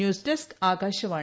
news desk Akashvani